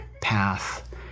path